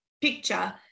picture